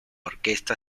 orquesta